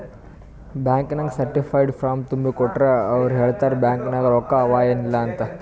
bank ನಾಗ್ certified form ತುಂಬಿ ಕೊಟ್ಟೂರ್ ಅವ್ರ ಹೇಳ್ತಾರ್ ಬ್ಯಾಂಕ್ ನಾಗ್ ರೊಕ್ಕಾ ಅವಾ ಏನ್ ಇಲ್ಲ ಅಂತ್